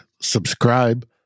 subscribe